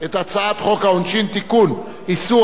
אני קובע שהצעת חוק לתיקון פקודת בתי-הסוהר